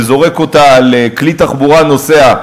וזורק אותה על כלי תחבורה נוסע,